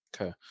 okay